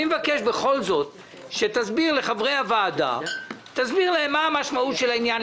אני מבקש בכל זאת שתסביר לחברי הוועדה מה המשמעות של העניין,